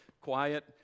quiet